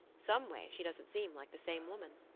some way she doesn't seem like the same woman.